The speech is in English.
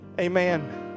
Amen